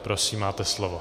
Prosím, máte slovo.